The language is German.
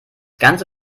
ganze